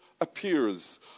appears